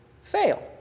fail